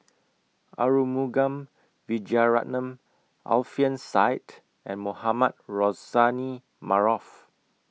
Arumugam Vijiaratnam Alfian Sa'at and Mohamed Rozani Maarof